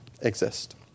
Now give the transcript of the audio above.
exist